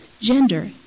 gender